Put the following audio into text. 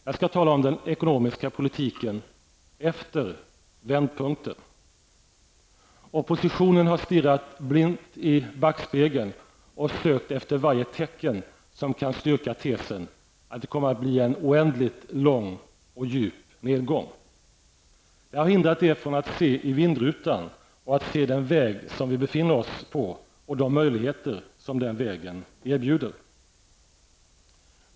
Jag ska tala om den ekonomiska politiken -- efter vändpunkten. Oppositionen har stirrat stint i backspegeln och sökt efter varje tecken som kan styrka tesen att det kommer att bli en oändligt lång och djup nedgång. Detta har hindrat er från att se i vindrutan och se den väg vi befinner oss på och de möjligheter som den vägen erbjuder.